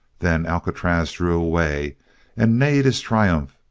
then alcatraz drew away and neighed his triumph,